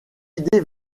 idée